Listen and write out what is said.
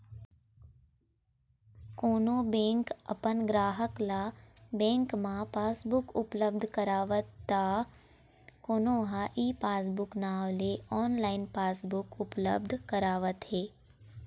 कोनो बेंक अपन गराहक ल बेंक म पासबुक उपलब्ध करावत त कोनो ह ई पासबूक नांव ले ऑनलाइन पासबुक उपलब्ध करावत हे